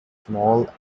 small